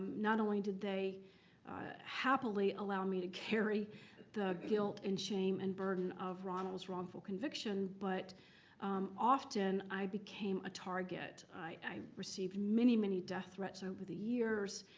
not only did they happily allow me to carry the guilt and shame and burden of ronald's wrongful conviction, but often i became a target. i received many, many death threats over the years.